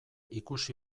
ikusi